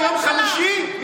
מיום חמישי?